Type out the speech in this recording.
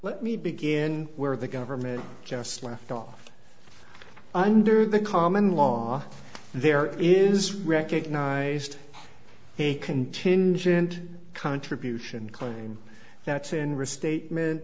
let me begin where the government just left off under the common law there is recognized a contingent contribution claim that's in restatemen